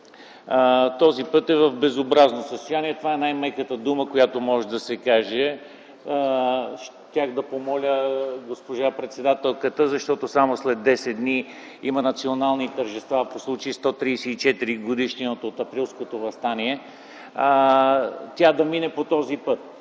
този път е в безобразно състояние. Това е най-меката дума, която може да се каже. Щях да помоля госпожа председателката, тъй като само след 10 дни има национални тържества по случай 134-та годишнина от Априлското въстание, да мине по този път.